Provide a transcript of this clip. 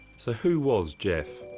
so, who was geoff?